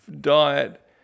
diet